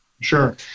Sure